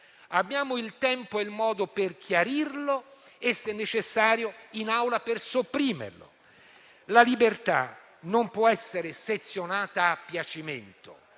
Abbiamo il tempo e il modo per chiarirlo e, se necessario, per sopprimerlo in Aula. La libertà non può essere sezionata a piacimento.